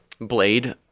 Blade